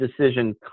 decision